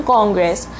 Congress